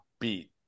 beat